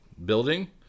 building